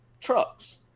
trucks